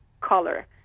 color